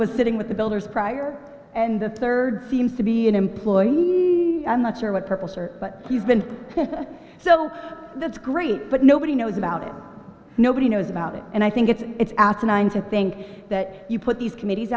was sitting with the builders prior and the third seems to be an employee i'm not sure what purpose or but even so that's great but nobody knows about it nobody knows about it and i think it's it's asinine to think that you put these committees